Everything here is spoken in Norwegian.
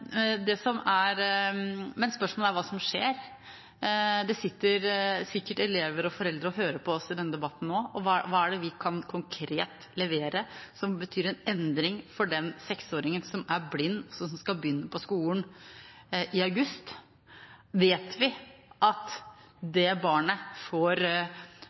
men spørsmålet er hva som skjer. Det sitter sikkert elever og foreldre og hører på oss i denne debatten nå, og hva er det vi konkret kan levere som betyr en endring for den seksåringen som er blind, og som skal begynne på skolen i august? Vet vi at det barnet får